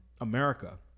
America